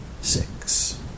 six